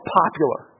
popular